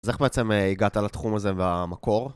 אז איך בעצם הגעת לתחום הזה במקור?